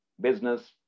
business